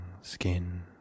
skin